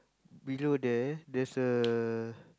below there there's a